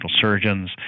surgeons